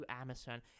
Amazon